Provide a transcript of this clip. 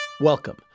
Welcome